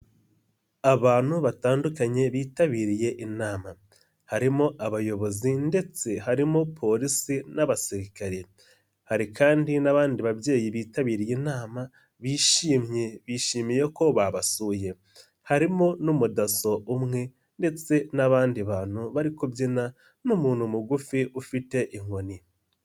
Abantu batandukanye bitabiriye inama, harimo abayobozi ndetse harimo Polisi n'Abasirikare, hari kandi n'abandi babyeyi bitabiriye inama bishimye bishimiye ko babasuye, harimo n'Umudaso umwe ndetse n'abandi bantu bari kubyina n'umuntu mugufi ufite inkoni.